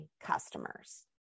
customers